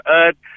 earth